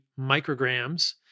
micrograms